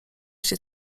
się